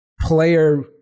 player